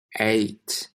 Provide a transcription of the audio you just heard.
eight